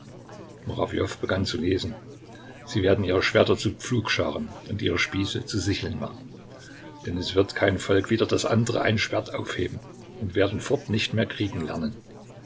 begann zu lesen sie werden ihre schwerter zu pflugscharen und ihre spieße zu sicheln machen denn es wird kein volk wider das andere ein schwert aufheben und werden fort nicht mehr kriegen